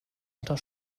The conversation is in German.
unter